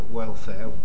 welfare